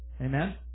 Amen